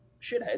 shithead